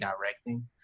directing